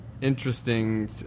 Interesting